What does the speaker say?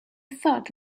thud